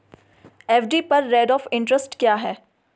FD पर rate of interest क्या है?